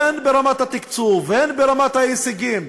הן ברמת התקצוב והן ברמת ההישגים,